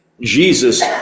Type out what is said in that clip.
Jesus